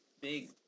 big